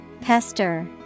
Pester